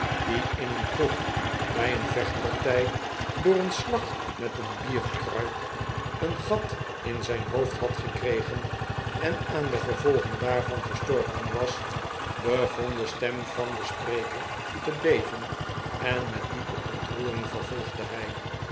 die in een kroeg bij een vechtpartij door een slag met een bierkruik een gat in zijn hoofd had gekregen en aan de gevolgen daarvan gestorven was begon de stem van den spreker te bevcn en met diepe ontroering vervolgde hij